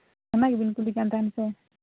ᱚᱱᱟ ᱜᱮᱵᱤᱱ ᱠᱩᱞᱤᱠᱟᱱ ᱛᱟᱦᱮᱱ ᱥᱮ